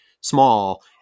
small